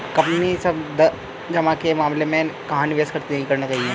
Company सावधि जमा के मामले में कहाँ निवेश नहीं करना है?